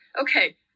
okay